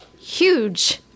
huge